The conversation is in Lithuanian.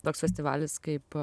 toks festivalis kaip